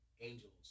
angels